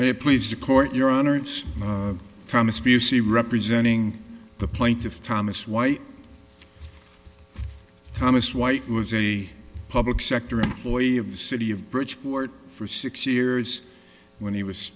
may please the court your honor it's thomas b c representing the plaintiff thomas white thomas white was a public sector employee of the city of bridgeport for six years when he was